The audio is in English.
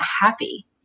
happy